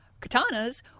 katanas